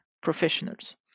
professionals